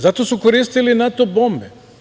Zato su koristili NATO bombe.